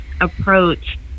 approach